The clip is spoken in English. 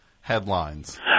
headlines